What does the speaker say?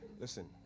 Listen